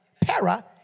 para